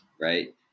right